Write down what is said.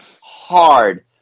hard